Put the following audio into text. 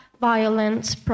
violence